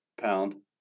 pound